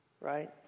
right